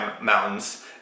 mountains